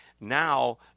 now